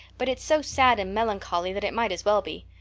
but it's so sad and melancholy that it might as well be.